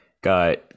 got